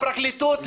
לפרקליטות,